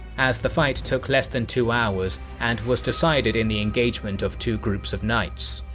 as the fight took less than two hours and was decided in the engagement of two groups of knights.